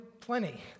plenty